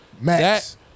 Max